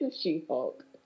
She-Hulk